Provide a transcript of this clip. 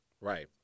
Right